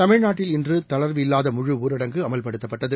தமிழ்நாட்டில் இன்று தளர்வு இல்லாத முழு ஊரடங்கு அமல்படுத்தப்பட்டது